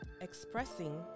Expressing